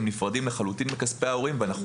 הם נפרדים לחלוטין מכספי ההורים ואנחנו